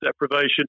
deprivation